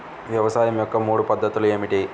వ్యవసాయం యొక్క మూడు పద్ధతులు ఏమిటి?